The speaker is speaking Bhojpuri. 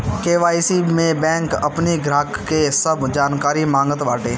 के.वाई.सी में बैंक अपनी ग्राहक के सब जानकारी मांगत बाटे